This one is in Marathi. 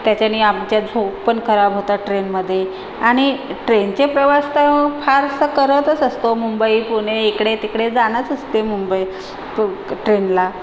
त्याच्याने आमच्या झोप पण खराब होतात ट्रेनमध्ये आणि ट्रेनचे प्रवास तर फारसं करतंच असतो मुंबई पुणे इकडे तिकडे जाणंच असते मुंबई ट्रेनला